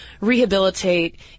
rehabilitate